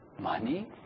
money